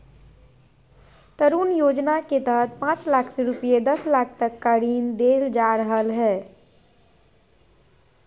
तरुण योजना के तहत पांच लाख से रूपये दस लाख तक का ऋण देल जा हइ